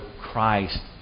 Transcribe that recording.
Christ